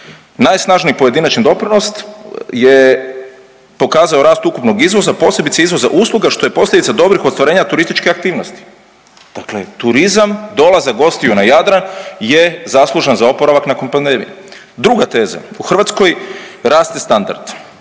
najsnažniji pojedinačni doprinos je pokazao rast ukupnog izvoza posebice izvoza usluga što je posljedica dobrih ostvarenja turističke aktivnosti. Dakle, turizam, dolazak gostiju na Jadran je zaslužan za oporavak nakon pandemije. Druga teza, u Hrvatskoj raste standard.